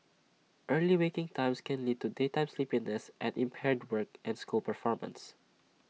early waking times can lead to daytime sleepiness and impaired work and school performance